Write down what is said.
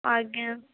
ଆଜ୍ଞା